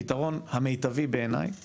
פתרון המיטבי בעיני הוא